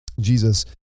Jesus